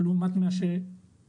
לעומת מה שהיום.